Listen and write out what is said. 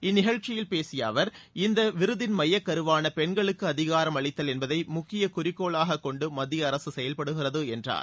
இந்த நிகழ்ச்சியில் பேசிய அவர் இந்த விருதின் மையக்கருவான பெண்களுக்கு அதிகாரம் அளித்தல் என்பதை முக்கிய குறிக்கோளாக கொண்டு மத்திய அரசு செயல்படுகிறது என்றார்